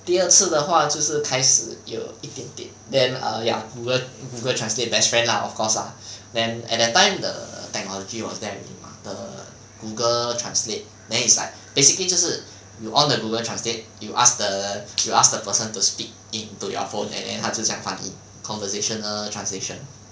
第二次的话就是开始有一点点 then err ya google google translate best friend lah of course lah then at that time the technology was that google translate then is like basically 就是 you on the google translate you ask the you ask the person to speak into your phone and then 它就这样翻译 conversational translation